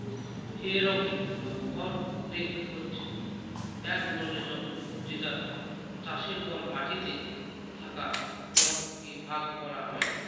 হে rake বা খড় rake হচ্ছে এক ধরনের যন্ত্র যেটা চাষের পর মাটিতে থাকা খড় কে ভাগ করা হয়